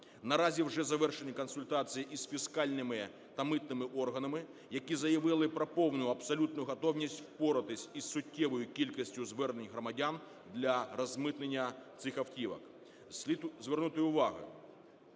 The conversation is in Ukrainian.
Наразі вже завершені консультації із фіскальними та митними органами, які заявили про повну абсолютно готовність впоратися із суттєвою кількістю звернень громадян для розмитнення цих автівок. Слід звернути увагу,